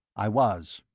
i was.